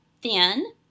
thin